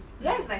mm